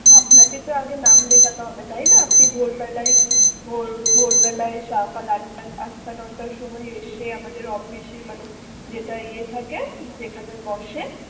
আপনাকে তো আগে নাম লেখাতে হবে তাই না আপনি ভোরবেলায় ভোর ভোরবেলায় সকাল আটটা আটটা নটার সময় এসে আমাদের অফিসে মানে যেটা ইয়ে থাকে যেখানে বসে